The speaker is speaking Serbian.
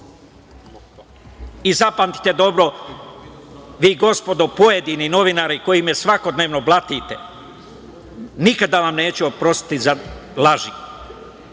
šire. Zapamtite dobro, vi gospodo pojedini novinari koji me svakodnevno blatite, nikada vam neću oprostiti za laži.